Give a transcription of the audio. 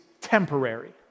temporary